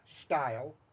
style